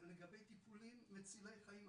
לגבי טיפולים מצילי חיים,